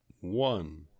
one